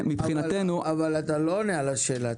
אבל אתה לא עונה על השאלה.